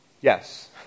Yes